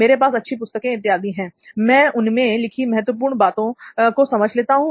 मेरे पास अच्छी पुस्तकें इत्यादि हैं मैं उनमें लिखी महत्वपूर्ण बातें को समझ लेता हूं